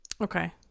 okay